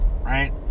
right